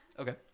okay